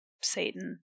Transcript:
Satan